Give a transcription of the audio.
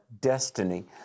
destiny